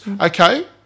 Okay